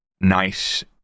nice